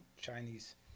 Chinese